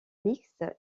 mixte